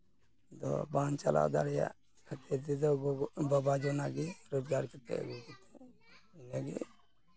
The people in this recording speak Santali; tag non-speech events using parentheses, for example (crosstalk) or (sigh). ᱟᱫᱚ ᱵᱟᱝ ᱪᱟᱞᱟᱣ ᱫᱟᱲᱮᱭᱟᱜ ᱠᱷᱟᱹᱛᱤᱨ ᱛᱮᱫᱚ (unintelligible) ᱵᱟᱵᱟ ᱡᱚᱱᱟ ᱜᱮ ᱨᱚᱡᱽᱜᱟᱨ ᱠᱟᱛᱮᱫ ᱟᱹᱜᱩ ᱤᱱᱟᱹᱜᱮ